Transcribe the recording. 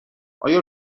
آیا